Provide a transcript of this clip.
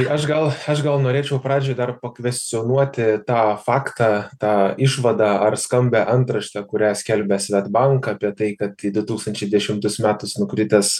aš gal aš gal norėčiau pradžioj dar pakvestionuoti tą faktą tą išvadą ar skambią antraštę kurią skelbia swedbank apie tai kad į du tūkstančiai dešimtus metus nukritęs